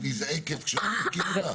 היא רק נזעקת כשמזעיקים אותה?